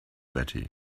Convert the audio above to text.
batty